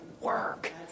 work